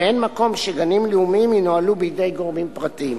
ואין מקום שגנים לאומיים ינוהלו בידי גורמים פרטיים.